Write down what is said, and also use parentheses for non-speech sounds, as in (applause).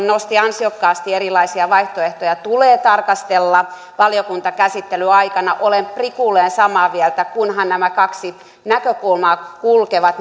(unintelligible) nosti ansiokkaasti sen että erilaisia vaihtoehtoja tulee tarkastella valiokuntakäsittelyn aikana olen prikulleen samaa mieltä kunhan nämä kaksi näkökulmaa kulkevat (unintelligible)